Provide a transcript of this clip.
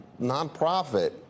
nonprofit